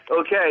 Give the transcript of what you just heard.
Okay